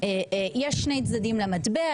יש שני צדדים למטבע.